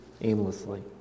aimlessly